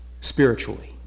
spiritually